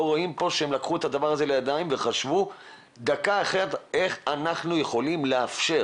לא רואים פה שהם לקחו את הדבר הזה לידיים וחשבו איך אנחנו יכולים לאפשר.